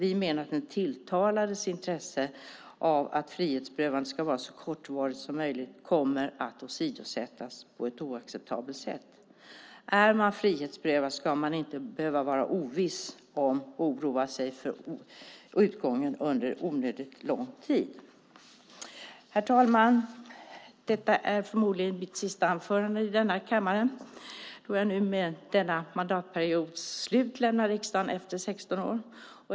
Vi menar att den tilltalades intresse av att frihetsberövandet ska vara så kortvarigt som möjligt kommer att åsidosättas på ett oacceptabelt sätt. Om man är frihetsberövad ska man inte behöva vara oviss om och oroa sig för utgången under onödigt lång tid. Herr talman! Detta är förmodligen mitt sista anförande i denna kammare eftersom jag i och med denna mandatperiods slut lämnar riksdagen efter sexton år.